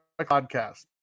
podcast